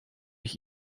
ich